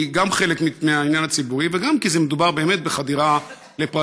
גם כי היא חלק מהעניין הציבורי וגם כי מדובר באמת בחדירה לפרטיות,